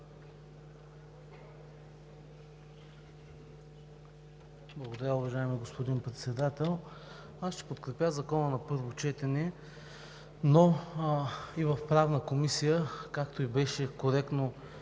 Благодаря, уважаеми господин Председател. Аз ще подкрепя Законопроекта на първо четене, но и в Правната комисия, както коректно